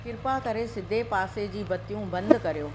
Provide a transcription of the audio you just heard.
कृपा करे सिधे पासे जी बतियूं बंदि कयो